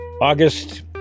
August